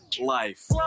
Life